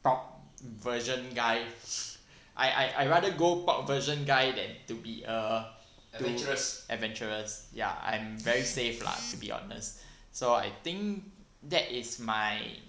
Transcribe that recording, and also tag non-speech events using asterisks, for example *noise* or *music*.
pork version guy *laughs* I I rather go pork version guy than to be a too adventurous ya I'm very safe lah to be honest so I think that is my